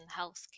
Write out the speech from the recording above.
healthcare